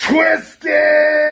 Twisted